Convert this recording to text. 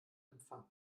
empfang